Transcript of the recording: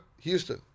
Houston